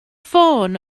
ffôn